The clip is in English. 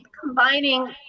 combining